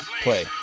play